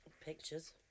pictures